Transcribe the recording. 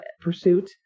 pursuit